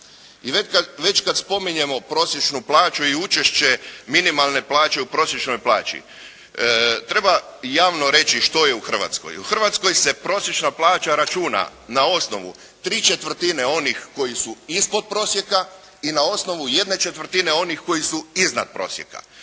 I već kad spominjemo prosječnu plaću i učešće minimalne plaće u prosječnoj plaći, treba javno reći što je u Hrvatskoj. U Hrvatskoj se prosječna plaća računa na osnovu ¾ onih koji su ispod prosjeka i na osnovu ¼ onih koji su iznad prosjeka.